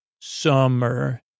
Summer